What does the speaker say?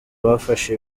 bafashe